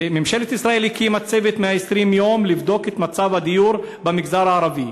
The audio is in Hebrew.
ממשלת ישראל הקימה את "צוות 120 הימים" לבדוק את מצב הדיור במגזר הערבי,